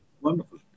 Wonderful